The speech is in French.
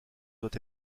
doit